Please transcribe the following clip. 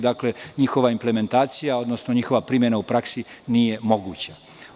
Dakle, njihova implementacija, odnosno njihova primena u praksi nije moguća.